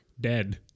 dead